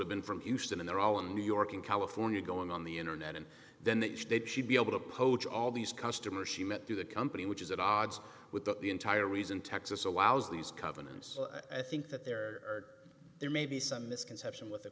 have been from houston and they're all in new york in california going on the internet and then they should be able to poach all these customers she met through the company which is at odds with the entire reason texas allows these covenants i think that there there may be some misconception with the